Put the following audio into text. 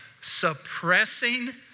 Suppressing